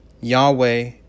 Yahweh